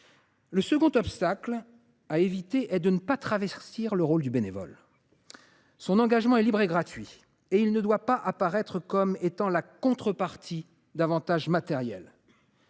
Le second serait de travestir le rôle du bénévole. Son engagement est libre et gratuit, et il ne doit pas apparaître comme étant la contrepartie d’avantages matériels.